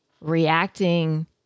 reacting